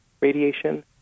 radiation